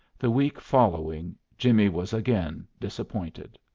the week following jimmie was again disappointed.